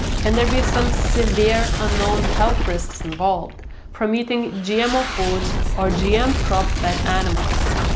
can there be some severe unknown health risks involved from eating gmo foods or gm crop fed animals?